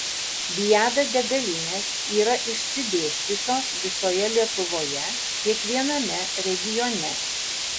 viada degalinės yra išsidėsčiusios visoje lietuvoje kiekviename regione